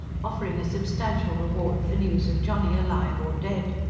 offering a substantial reward for news of johnny alive or dead.